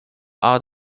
out